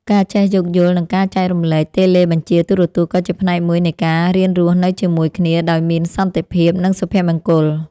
ការចេះយោគយល់និងការចែករំលែកតេឡេបញ្ជាទូរទស្សន៍ក៏ជាផ្នែកមួយនៃការរៀនរស់នៅជាមួយគ្នាដោយមានសន្តិភាពនិងសុភមង្គល។